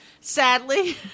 Sadly